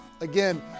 Again